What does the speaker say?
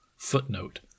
Footnote